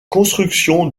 construction